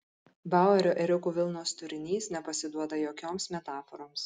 bauerio ėriukų vilnos turinys nepasiduoda jokioms metaforoms